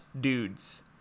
Dudes